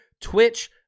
Twitch